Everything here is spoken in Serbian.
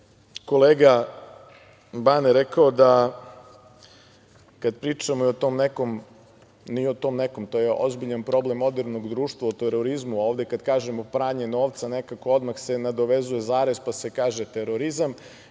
kolega Bane rekao da kada pričamo o tom nekom, nije o tom nekom, to je ozbiljan problem modernog društva o terorizmu, ovde kada kažemo pranje novca, nekako odmah se nadovezuje zarez, pa se kaže terorizam.